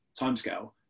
timescale